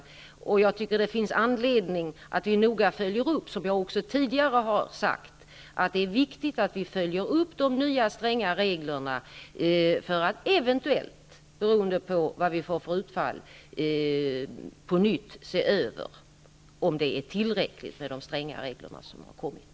Som jag har sagt tidigare tycker jag att det är viktigt att vi följer upp de nya stränga reglerna för att eventuellt, beroende på vad vi får för utfall, på nytt se över om reglerna är tillräckliga.